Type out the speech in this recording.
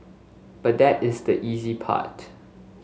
but that is the easy part